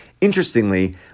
Interestingly